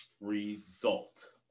result